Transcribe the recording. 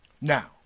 Now